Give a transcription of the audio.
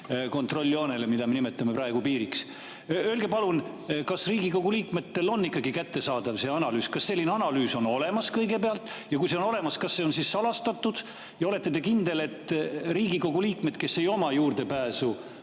kontrolljoonele, mida me nimetame praegu piiriks. Öelge palun, kas Riigikogu liikmetele ikka on kättesaadav see analüüs. Kas selline analüüs on kõigepealt olemas ja kui see on olemas, kas see on salastatud? Olete te kindel, et Riigikogu liikmed, kel puudub juurdepääs